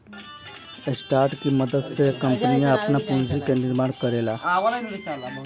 stock के मदद से कंपनियां आपन पूंजी के निर्माण करेला